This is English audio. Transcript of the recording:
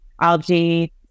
algae